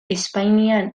espainian